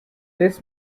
this